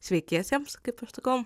sveikiesiems kaip aš sakau